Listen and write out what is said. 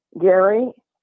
Gary